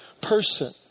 person